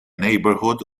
neighborhood